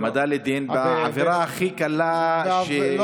העמדה לדין בעבירה הכי קלה שיש,